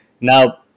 Now